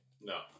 No